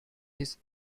this